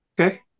Okay